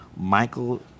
Michael